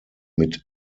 mit